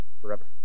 Forever